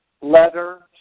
leather